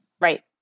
Right